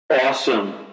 awesome